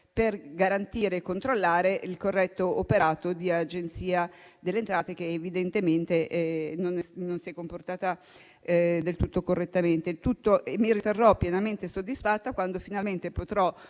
per garantire e controllare il corretto operato dell'Agenzia delle entrate, che evidentemente non si è comportata del tutto correttamente. Mi riterrò pienamente soddisfatta quando finalmente potrò